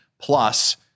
plus